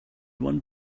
one